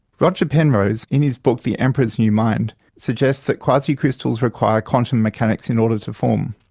roger penrose, in his book the emperor's new mind suggests that quasicrystals require quantum mechanics in order to form.